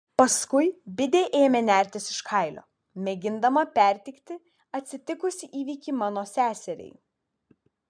paskui bidė ėmė nertis iš kailio mėgindama perteikti atsitikusį įvykį mano seseriai